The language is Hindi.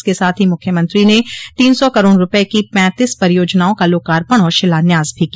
इसके साथ ही मुख्यमंत्री ने तीन सौ करोड़ रूपये की पैंतीस परियोजनाओं का लोकार्पण और शिलान्यास भी किया